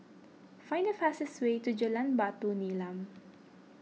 find the fastest way to Jalan Batu Nilam